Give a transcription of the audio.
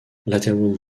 lateral